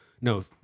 no